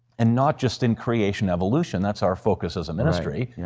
and not just in creation evolution, that's our focus as a ministry,